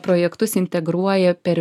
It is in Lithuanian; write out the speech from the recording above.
projektus integruoja per